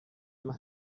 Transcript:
más